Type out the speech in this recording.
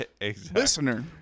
Listener